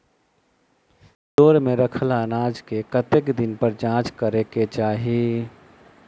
Store मे रखल अनाज केँ कतेक दिन पर जाँच करै केँ चाहि?